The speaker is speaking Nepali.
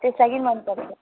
त्यस लागि मैले तपाईँको